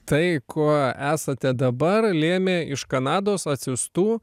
tai kuo esate dabar lėmė iš kanados atsiųstų